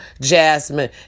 Jasmine